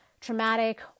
traumatic